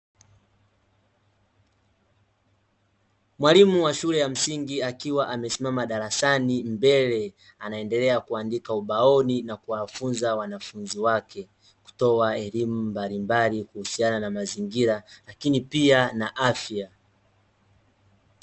Mwalimu wa shule ya msingi akiwa amesimama darasani mbele, anaendelea kuandika ubaoni na kuwafunza wanafunzi wake, kutoa elimu mbalimbali kuhusiana na mazingira lakini pia na afya.